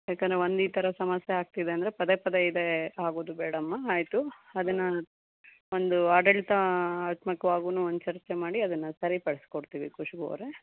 ಯಾಕಂದರೆ ಒಂದು ಈ ಥರ ಸಮಸ್ಯೆ ಆಗ್ತಿದೆ ಅಂದರೆ ಪದೇ ಪದೇ ಇದೇ ಆಗೋದು ಬೇಡಮ್ಮ ಆಯಿತು ಅದನ್ನು ಒಂದು ಆಡಳಿತಾತ್ಮಕವಾಗೂ ಒಂದು ಚರ್ಚೆ ಮಾಡಿ ಅದನ್ನು ಸರಿಪಡಿಸ್ಕೊಡ್ತೀವಿ ಖುಷ್ಬು ಅವರೇ